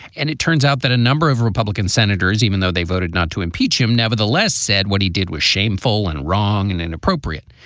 and it turns out that a number of republican senators, even though they voted not to impeach him, nevertheless said what he did was shameful and wrong and inappropriate.